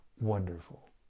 wonderful